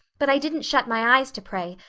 but i didn't shut my eyes to pray,